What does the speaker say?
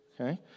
okay